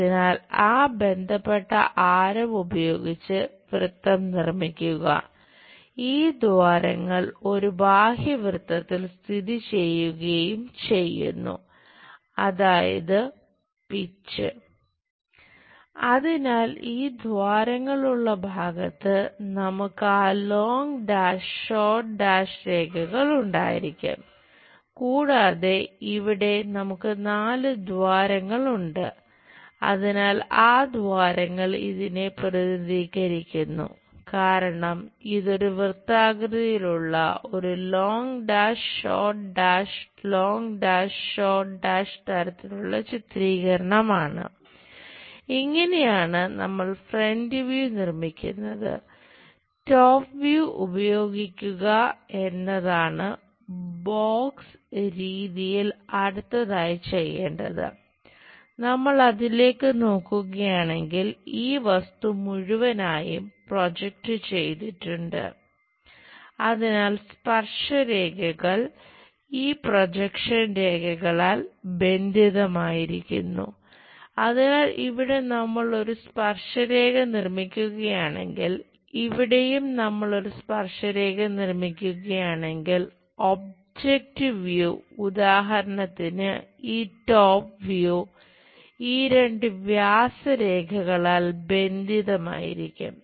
അതിനാൽ ഈ ദ്വാരങ്ങൾ ഉള്ള ഭാഗത്ത് നമുക്ക് ആ ലോങ്ങ് ഡാഷ് ചെയ്തിട്ടുണ്ട് അതിനാൽ സ്പർശരേഖകൾ ഈ പ്രൊജക്ഷൻ ലഭിക്കും